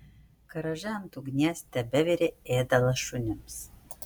garaže ant ugnies tebevirė ėdalas šunims